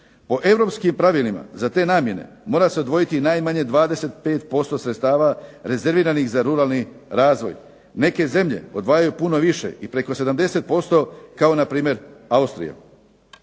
O europskim pravilima za te namjene mora se odvojiti najmanje 25% sredstava rezerviranih za ruralni razvoj. Neke zemlje odvajaju puno više i preko 70% kao npr. Austrija.